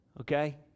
Okay